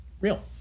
real